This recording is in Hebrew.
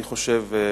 אני חושב,